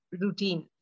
routine